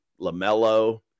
LaMelo